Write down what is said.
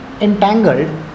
entangled